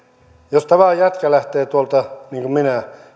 jos tavan jätkä lähtee tuolta niin kuin minä